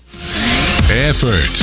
Effort